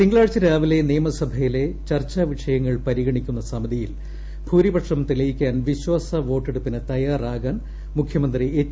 തിങ്കളാഴ്ച രാവിലെ നിയമസഭയിലെ ചർച്ചാ വിഷയങ്ങൾ പരിഗണിക്കുന്ന സമിതിയിൽ ഭൂരിപക്ഷം തെളിയിക്കാൻ വിശ്വാസ വോട്ടെടുപ്പിന് തയ്യാറാകാൻ മുഖ്യമന്ത്രി എച്ച്